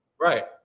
Right